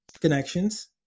connections